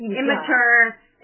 immature